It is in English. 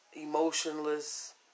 Emotionless